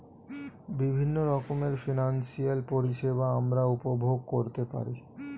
বিভিন্ন রকমের ফিনান্সিয়াল পরিষেবা আমরা উপভোগ করতে পারি